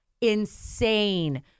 insane